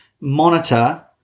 monitor